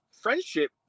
friendship